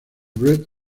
brett